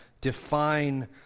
define